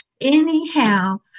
Anyhow